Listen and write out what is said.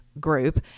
group